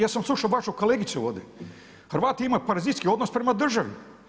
Ja sam slušao vašu kolegicu ovdje, Hrvati imaju parazitski odnos prema državi.